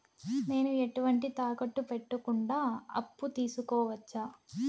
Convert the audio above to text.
నేను ఎటువంటి తాకట్టు పెట్టకుండా అప్పు తీసుకోవచ్చా?